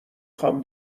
خوام